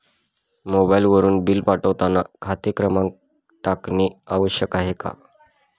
मोबाईलवरून बिल पाठवताना खाते क्रमांक टाकणे आवश्यक आहे का?